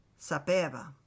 Sapeva